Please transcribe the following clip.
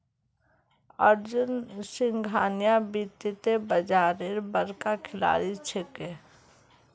अर्जुन सिंघानिया वित्तीय बाजारेर बड़का खिलाड़ी छिके